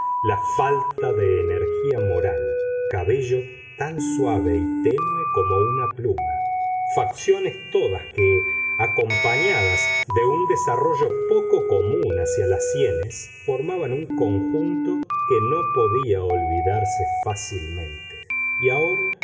la falta de energía moral cabello tan suave y tenue como una pluma facciones todas que acompañadas de un desarrollo poco común hacia las sienes formaban un conjunto que no podía olvidarse fácilmente y ahora